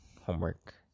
Homework